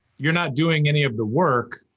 you're not doing any of the work.